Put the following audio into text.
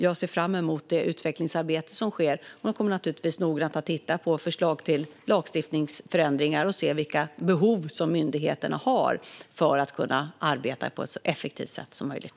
Jag ser fram emot utvecklingsarbetet och kommer att noggrant titta på förslag till lagstiftningsförändringar och på vilka behov myndigheterna har för att kunna arbeta på ett så effektivt sätt som möjligt.